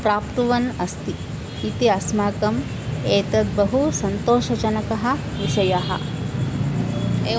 प्राप्तुवन् अस्ति इति अस्माकम् एतद् बहु सन्तोषजनकः विषयःएवम्